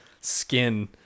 skin